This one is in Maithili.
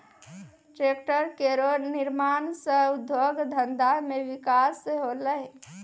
ट्रेक्टर केरो निर्माण सँ उद्योग धंधा मे बिकास होलै